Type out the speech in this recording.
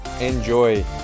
Enjoy